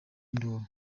induru